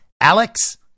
Alex